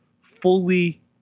fully